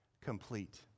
complete